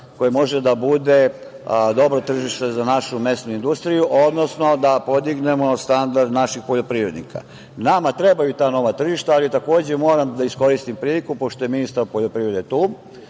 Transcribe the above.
koje može da bude dobro tržište za našu mesnu industriju, odnosno da podignemo standard naših poljoprivrednika. Nama trebaju ta nova tržišta, ali takođe moram da iskoristim priliku, pošto je ministar poljoprivrede tu